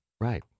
Right